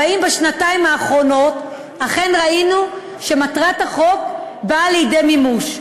והאם בשנתיים האחרונות ראינו שמטרת החוק אכן באה לידי מימוש?